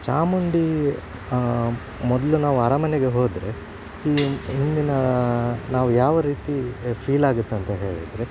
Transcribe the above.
ಚಾಮುಂಡಿ ಮೊದಲು ನಾವು ಅರಮನೆಗೆ ಹೋದರೆ ಹಿಂದಿನ ನಾವು ಯಾವ ರೀತಿ ಫೀಲ್ ಆಗುತ್ತೆ ಅಂತ ಹೇಳಿದರೆ